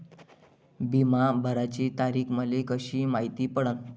बिमा भराची तारीख मले कशी मायती पडन?